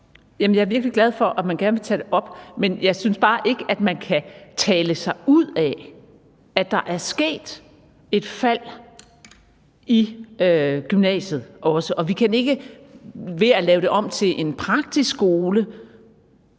Jeg er virkelig glad for, at man gerne vil tage det op. Men jeg synes bare ikke, at man kan tale sig ud af, at der også er sket et fald i gymnasiet. Vi kan ikke ved at lave det om praktisk skole